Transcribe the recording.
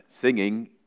singing